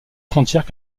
frontières